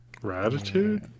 Gratitude